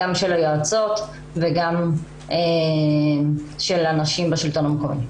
גם של היועצות וגם של הנשים בשלטון המקומי.